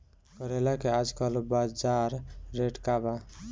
करेला के आजकल बजार रेट का बा?